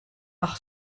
par